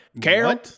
Carol